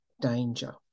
danger